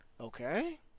okay